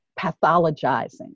pathologizing